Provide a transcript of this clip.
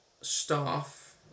staff